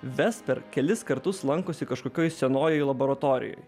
vesper kelis kartus lankosi kažkokioj senojoj laboratorijoj